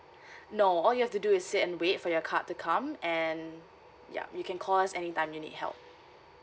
no all you have to do is sit and wait for your card to come and ya you can call us anytime you need help